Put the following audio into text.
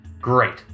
Great